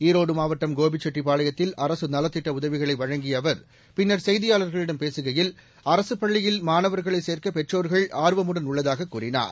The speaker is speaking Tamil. ஈரோடு மாவட்டம் கோபிசெட்டிப்பாளையத்தில் அரசு நலத்திட்ட உதவிகளை வழங்கிய அவர் பின்னர் செய்தியாளர்களிடம் பேசுகையில் அரசுப் பள்ளியில் மாணவர்களை சேர்க்க பெற்றோர்கள் ஆர்வமுடன் உள்ளதாக கூறினார்